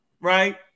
right